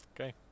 Okay